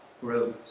grows